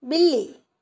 बि॒ली